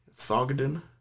Thogden